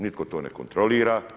Nitko to ne kontrolira.